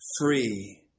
free